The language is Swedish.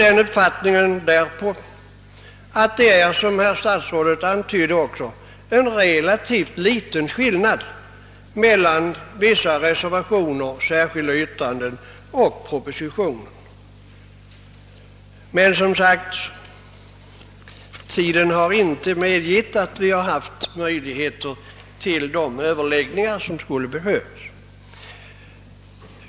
Den uppfattningen bygger jag därpå att det är, såsom herr statsrådet också antydde, en relativt liten skillnad mellan å ena sidan vissa reservationer och särskilda yttranden och å andra sidan propositio” en. Tiden har emellertid inte räckt till tör de överläggningar som skulle ha krävts.